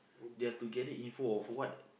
they have to gather info of what